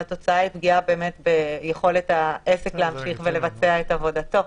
והתוצאה היא פגיעה באמת ביכולת העסק להמשיך ולבצע את עבודתו,